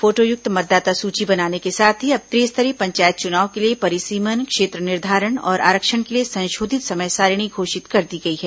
फोटोयुक्त मतदाता सूची बनाने के साथ ही अब त्रिस्तरीय पंचायत चुनाव के लिए परिसीमन क्षेत्र निर्धारण और आरक्षण के लिए संशोधित समय सारिणी घोषित कर दी गई है